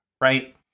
right